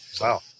Wow